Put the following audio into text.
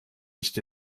nicht